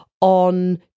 on